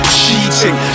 cheating